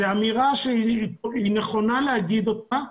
זאת אמירה שהיא נכונה להגיד אותה,